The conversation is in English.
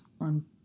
On